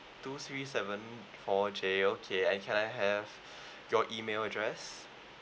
two three seven four J okay and can I have your email address